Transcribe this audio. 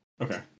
okay